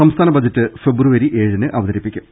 സംസ്ഥാന ബജറ്റ് ഫെബ്രുവരി ഏഴിന് അവതരിപ്പിക്കും